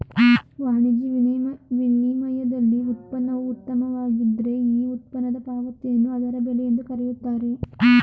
ವಾಣಿಜ್ಯ ವಿನಿಮಯದಲ್ಲಿ ಉತ್ಪನ್ನವು ಉತ್ತಮವಾಗಿದ್ದ್ರೆ ಈ ಉತ್ಪನ್ನದ ಪಾವತಿಯನ್ನು ಅದರ ಬೆಲೆ ಎಂದು ಕರೆಯುತ್ತಾರೆ